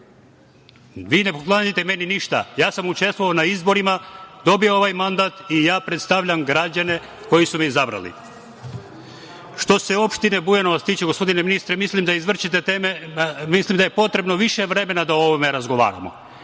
Vi ne poklanjate meni ništa. Učestvovao sam na izborima, dobio ovaj mandat i ja predstavljam građane koji su me izabrali. Što se opštine Bujanovac tiče, gospodine ministre, mislim da izvrćete teme. Mislim da je potrebno više vremena da o ovome razgovaramo.